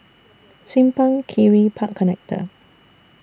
Simpang Kiri Park Connector